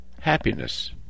happiness